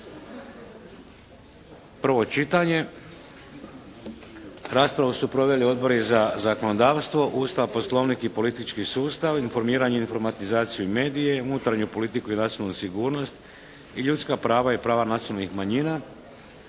je Vlada. Raspravu su proveli odbor za zakonodavstvo, Ustav, Poslovnik i politički sustav, informiranje, informatizaciju i medije, unutarnju politiku i nacionalnu sigurnost i ljudska prava i prava nacionalnih manjina.